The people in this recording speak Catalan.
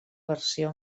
versió